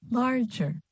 larger